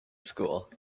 school